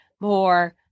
more